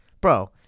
Bro